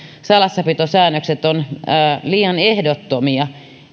salassapitosäännökset ovat liian ehdottomia